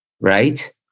right